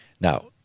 Now